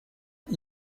est